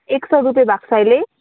एक सौ रुपियाँ भएको छ अहिले